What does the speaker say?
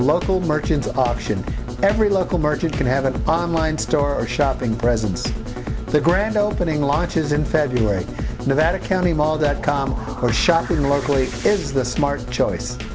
local merchants auction every local market can have a bottom line store or shopping presence the grand opening launches in february nevada county mall that com for shopping locally is the smart choice